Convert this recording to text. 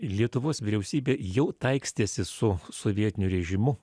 lietuvos vyriausybė jau taikstėsi su sovietiniu režimu